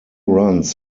runs